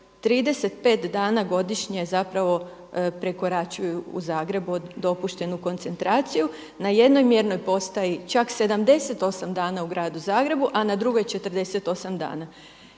35 dana godišnje zapravo prekoračuju u Zagrebu dopuštenu koncentraciju. Na jednoj mjernoj postaji čak 78 dana u gradu Zagrebu, a na drugoj 48 dana.